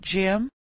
Jim